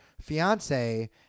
fiance